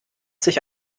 sich